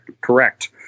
correct